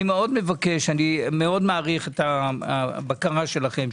מאוד מעריך את הבקרה שלכם,